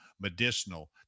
medicinal